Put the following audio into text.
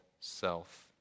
self